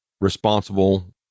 responsible